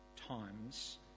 times